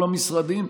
בכל המשרדים.